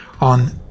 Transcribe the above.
on